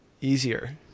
easier